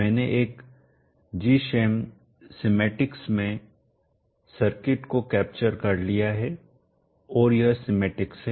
मैंने एक gschem schematics में सर्किट को कैप्चर कर लिया है और यह सीमेटिक्स है